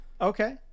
Okay